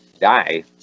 die